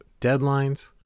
deadlines